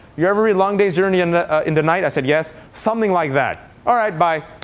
you ever read long day's journey and into night? i said yes. something like that. all right, bye.